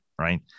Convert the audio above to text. right